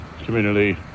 community